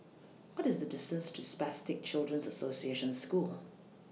What IS The distance to Spastic Children's The Association School